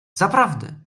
zaprawdę